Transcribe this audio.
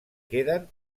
queden